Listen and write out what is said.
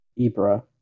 Ibra